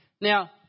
Now